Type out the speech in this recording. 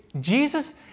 Jesus